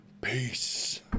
peace